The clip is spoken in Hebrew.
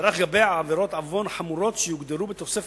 ורק לגבי עבירות עוון חמורות, שיוגדרו בתוספת.